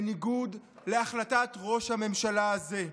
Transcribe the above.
בניגוד להחלטת ראש הממשלה הזה.